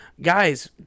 Guys